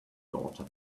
daughter